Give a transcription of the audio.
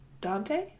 Dante